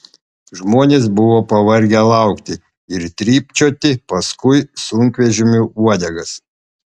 žmonės buvo pavargę laukti ir trypčioti paskui sunkvežimių uodegas